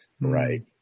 Right